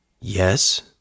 Yes